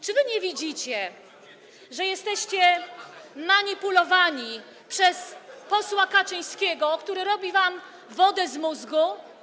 Czy wy nie widzicie, że jesteście manipulowani przez posła Kaczyńskiego, który robi wam wodę z mózgu?